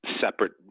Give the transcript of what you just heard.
separate